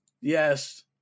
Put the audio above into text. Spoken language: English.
yes